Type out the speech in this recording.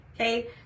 Okay